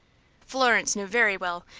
florence knew very well,